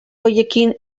horiekin